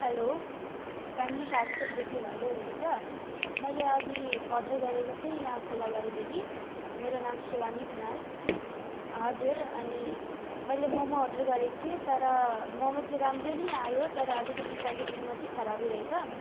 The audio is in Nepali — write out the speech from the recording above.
हेलो फेमिली फास्टफुडदेखि भन्दै हुनुहुन्छ मैले अघि अर्डर गरेको थिएँ यहाँ कोलाबारीदेखि मेरो नाम शिवानी खनाल हजुर अनि मैले मोमो अर्डर गरेको थिएँ तर मोमो चाहिँ राम्रो नै आयो तर अलिकति प्याकेजिङमा चाहिँ खराबी रहेछ